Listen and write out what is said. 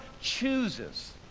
chooses